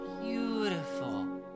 beautiful